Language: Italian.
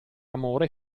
amore